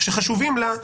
שחשובים לה,